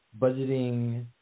budgeting